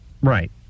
Right